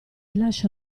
lascia